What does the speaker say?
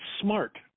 smart